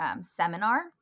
seminar